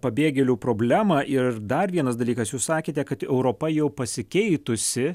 pabėgėlių problemą ir dar vienas dalykas jūs sakėte kad europa jau pasikeitusi